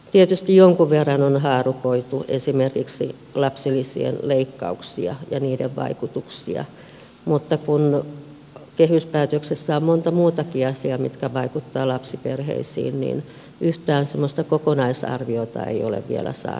tietysti jonkun verran on haarukoitu esimerkiksi lapsilisien leikkauksia ja niiden vaikutuksia mutta kun kehyspäätöksessä on monta muutakin asiaa mitkä vaikuttavat lapsiperheisiin niin yhtään semmoista kokonaisarviota ei ole vielä saatu käsittelyyn